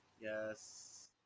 Yes